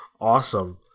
Awesome